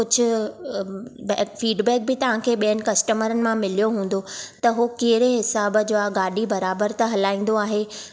कुझु फीडबैक बि तव्हां वटि बि॒यनि कस्टमरनि मां मिलियो हूंदो त हो कहिड़े हिसाब जो आहे गाडी॒ बराबरि त हलाईंदो आहे